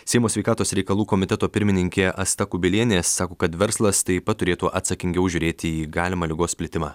seimo sveikatos reikalų komiteto pirmininkė asta kubilienė sako kad verslas taip pat turėtų atsakingiau žiūrėti į galimą ligos plitimą